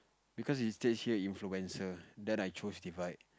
because it states here influencer then I chose divide